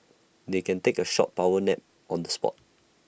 they can take A short power nap on the spot